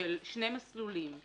של שני מסלולים,